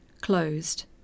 Closed